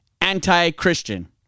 Anti-Christian